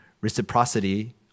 reciprocity